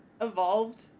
evolved